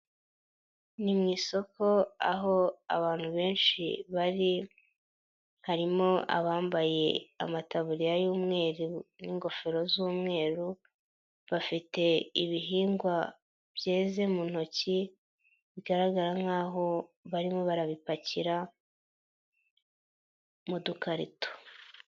Ni mu isoko aho abantu benshi bari, harimo abambaye amataburiya y'umweru n'ingofero z'umweru, bafite ibihingwa byeze mu ntoki, bigaragara nkaho barimo barabipakira mu dukarito.